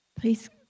Please